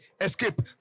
escape